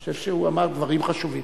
אני חושב שהוא אמר דברים חשובים.